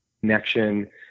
connection